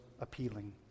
appealing